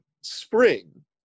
spring